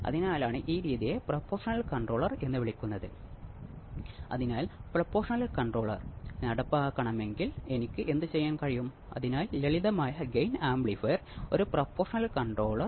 അതിനാൽ ഇവിടെ ഈ ഫേസിൽ എനിക്ക് സീറോ അല്ലെങ്കിൽ മുന്നൂറ്റി അറുപതു ഡിഗ്രി ഫേസ് ഷിഫ്റ്റ് ഉണ്ടാകും